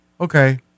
Okay